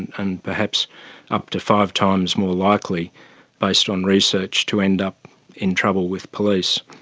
and perhaps up to five times more likely based on research to end up in trouble with police.